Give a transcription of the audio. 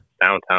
Downtown